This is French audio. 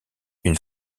une